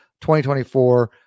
2024